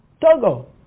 Togo